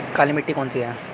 काली मिट्टी कौन सी है?